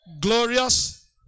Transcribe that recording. glorious